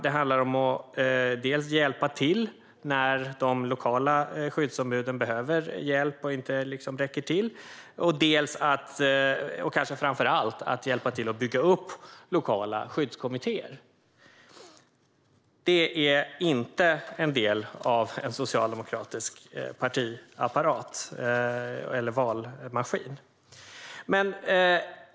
Det handlar om att hjälpa till när de lokala skyddsombuden behöver hjälp och inte räcker till och kanske framför allt att hjälpa till att bygga upp lokala skyddskommittéer. Det är inte en del av en socialdemokratisk partiapparat eller valmaskin.